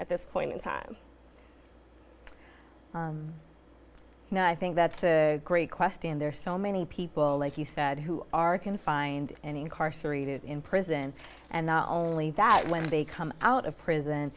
at this point in time no i think that's a great question there so many people like you said who are can find any incarcerated in prison and not only that when they come out of prison